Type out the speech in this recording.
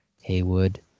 Haywood